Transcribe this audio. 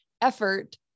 effort